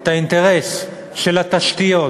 את האינטרס של התשתיות,